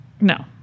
No